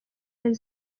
imana